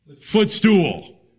footstool